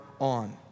on